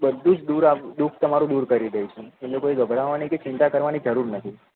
બધું જ દૂર આ દુઃખ તમારું દૂર કરી દઈશું એમાં કોઈ ગભરાવાની કે ચિંતા કરવાની જરૂર નથી